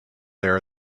there